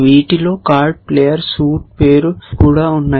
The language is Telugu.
వీటిలో కార్డ్ ప్లేయర్ సూట్ పేరు కూడా ఉన్నాయి